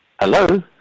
Hello